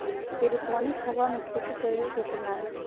aeroponic हवा में खेती करे के प्रणाली हइ